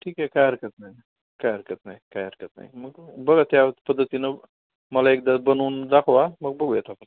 ठीक आहे काय हरकत नाही काय हरकत नाही काय हरकत नाही मग बघा त्या पद्धतीने मला एकदा बनवून दाखवा मग बघूयात आपण